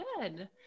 good